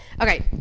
Okay